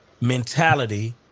mentality